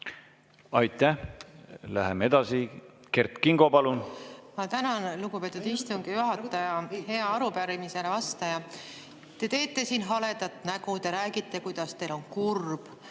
Aitäh! Läheme edasi. Kert Kingo, palun! Ma tänan, lugupeetud istungi juhataja! Hea arupärimisele vastaja! Te teete siin haledat nägu. Te räägite, kuidas te olete kurb,